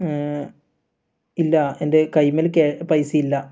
ഇല്ല എൻ്റെ കയ്യുമ്മൽ ക്യാ പൈസ ഇല്ല